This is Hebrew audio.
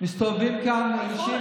מסתובבים פה אנשים,